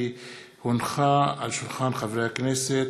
כי הונחה היום על שולחן הכנסת,